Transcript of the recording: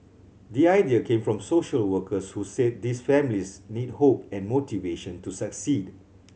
the idea came from social workers who said these families need hope and motivation to succeed